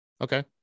okay